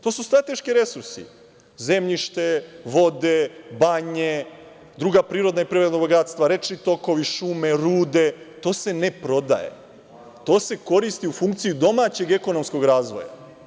To su strateški resursi, zemljište, vode, banje, druga prirodna bogatstva, rečni tokovi, šume, rude, to se ne prodaje, to se koristi u funkciji domaćeg ekonomskog razvoja.